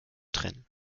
trennen